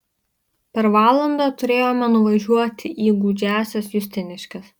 per valandą turėjome nuvažiuoti į gūdžiąsias justiniškes